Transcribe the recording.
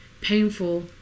painful